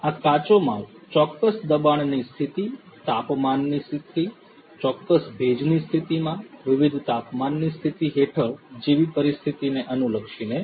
આ કાચો માલ ચોક્કસ દબાણની સ્થિતિ તાપમાનની સ્થિતિ ચોક્કસ ભેજની સ્થિતિમાં વિવિધ તાપમાનની સ્થિતિ હેઠળ જેવી પરિસ્થિતિને અનુલક્ષી ને છે